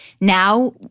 now